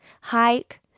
hike